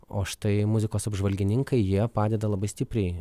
o štai muzikos apžvalgininkai jie padeda labai stipriai